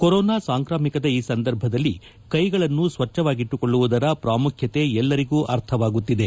corona ಸಾಂಕ್ರಾಮಿಕದ ಈ ಸಂದರ್ಭದಲ್ಲಿ ಕೈಗಳನ್ನು ಸ್ವಚ್ಛವಾಗಿಟ್ಟುಕೊಳ್ಳುವುದರ ಪ್ರಾಮುಖ್ಯತೆ ಎಲ್ಲರಿಗೂ ಅರ್ಥವಾಗುತ್ತಿದೆ